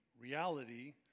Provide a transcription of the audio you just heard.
reality